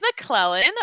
McClellan